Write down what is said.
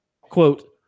quote